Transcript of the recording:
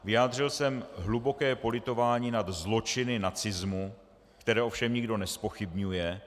Vyjádřil jsem hluboké politování nad zločiny nacismu, které ovšem nikdo nezpochybňuje.